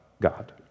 God